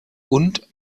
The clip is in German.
und